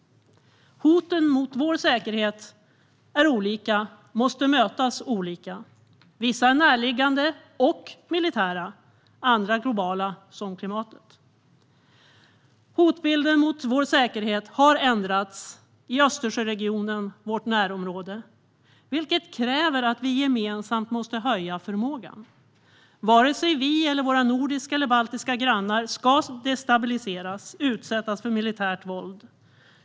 Hoten mot vår säkerhet är olika och måste mötas olika. Vissa är närliggande och militära, andra globala som klimatet. Hotbilden mot vår säkerhet har ändrats i Östersjöregionen, vårt närområde, vilket kräver att vi gemensamt måste höja förmågan. Varken vi eller våra nordiska eller baltiska grannar ska destabiliseras eller utsättas för militärt våld.